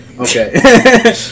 okay